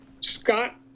Scott